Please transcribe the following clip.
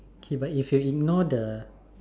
okay but if you ignore the